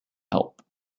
help